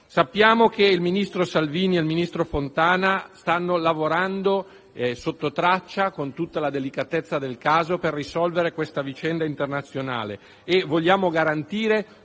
Sappiamo che il ministro Salvini e il ministro Fontana stanno lavorando sottotraccia, con tutta la delicatezza del caso, per risolvere questa vicenda internazionale e vogliamo garantire